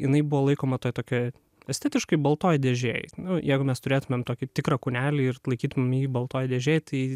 jinai buvo laikoma toj tokioj estetiškai baltoj dėžėj jeigu mes turėtumėm tokį tikrą kūnelį ir laikytumėm ji baltoj dėžėj tai